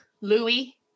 Louis